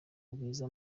bwiza